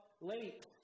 late